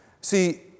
See